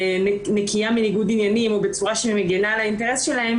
נקייה מניגוד עניינים או בצורה שמגנה על האינטרס שלהם,